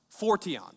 fortion